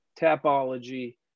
Tapology